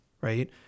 right